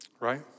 right